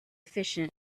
efficient